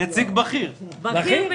נציג בכיר ביותר.